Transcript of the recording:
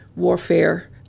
warfare